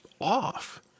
off